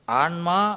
anma